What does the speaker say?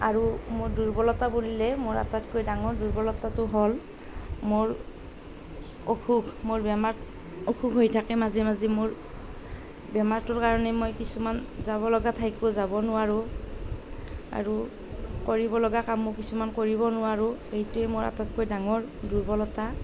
আৰু মোৰ দূৰ্বলতা বুলিলে মোৰ আটাইতকৈ ডাঙৰ দূৰ্বলতাটো হ'ল মোৰ অসুখ মোৰ বেমাৰ অসুখ হৈ থাকে মাজে মাজে বেমাৰটোৰ কাৰণে মই কিছুমান যাব লগা ঠাইতো যাব নোৱাৰোঁ আৰু কৰিব লগা কামো কিছুমান কৰিব নোৱাৰোঁ সেইটোৱে মোৰ আটাইতকৈ ডাঙৰ দূৰ্বলতা